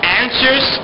answers